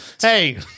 Hey